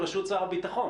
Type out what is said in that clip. בראשות שר הביטחון.